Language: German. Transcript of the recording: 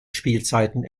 spielzeiten